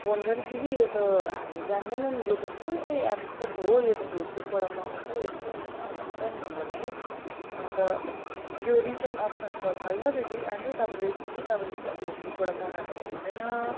phone गरेँ दिदी यो त हामी जान्दैन नि यो त कुन चाहिँ एप्सको पो हो यो त फेसबुकबाट मगाएको यस्तै हुन्छ हेनतेन भनेर भन्यो अन्त यो रिटन अप्सन त छैन त दिदी आन्टी तपाईँले दिदी तपाईँले फेसबुकबाट मगाएको त हुँदैन